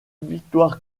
victoires